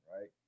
right